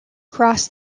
cross